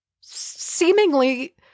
seemingly